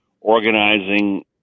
organizing